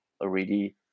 already